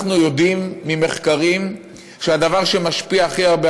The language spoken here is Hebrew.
אנחנו יודעים ממחקרים שהדבר שמשפיע הכי הרבה